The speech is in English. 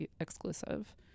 exclusive